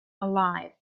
alive